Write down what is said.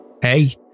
Hey